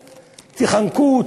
תיחנקו,